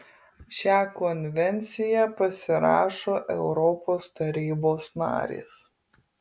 šią konvenciją pasirašo europos tarybos narės